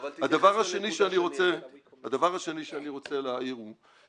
הדבר השני שאני רוצה להעיר הוא,